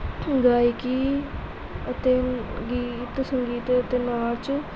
ਗਾਇਕੀ ਅਤੇ ਗੀਤ ਸੰਗੀਤ ਅਤੇ ਨਾਚ